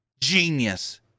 Genius